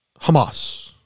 Hamas